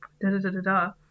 da-da-da-da-da